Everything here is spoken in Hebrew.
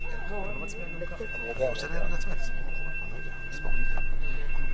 אני מבקש התייעצות סיעתית.